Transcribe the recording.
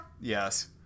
yes